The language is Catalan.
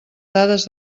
dades